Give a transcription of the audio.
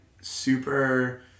super